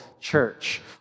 church